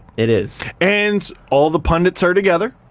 it is. and all the pundits are together.